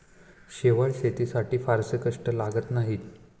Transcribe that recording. शेवाळं शेतीसाठी फारसे कष्ट लागत नाहीत